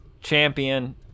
champion